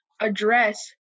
address